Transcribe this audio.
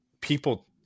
people